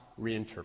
reinterpret